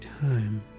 time